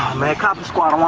man, cop a squat,